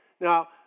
Now